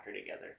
together